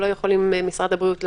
משרד הבריאות,